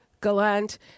Gallant